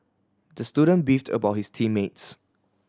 the student beefed about his team mates